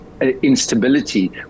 instability